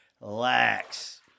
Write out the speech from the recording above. relax